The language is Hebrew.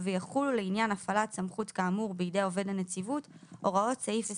ויחולו לעניין הפעלת סמכות כאמור בידי עובד הנציבות הוראות סעיף 26ה,